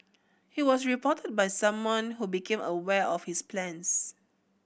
he was reported by someone who became aware of his plans